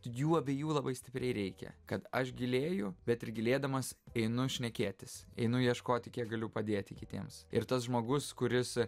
jų abiejų labai stipriai reikia kad aš gilėju bet ir gilėdamas einu šnekėtis einu ieškoti kiek galiu padėti kitiems ir tas žmogus kuris